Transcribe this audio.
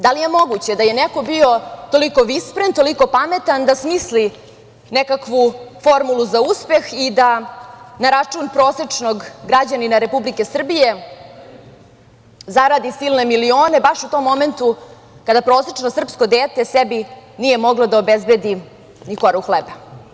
Da li je moguće da je neko bio toliko vispren, toliko pametan da smisli nekakvu formulu za uspeh i da na račun prosečnog građanina Republike Srbije zaradi silne milione baš u tom momentu kada prosečno srpsko dete sebi nije moglo da obezbedi ni koru hleba.